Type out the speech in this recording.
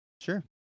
sure